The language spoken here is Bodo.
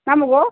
नांबावगौ